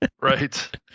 Right